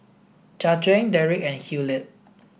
Jajuan Derik and Hilliard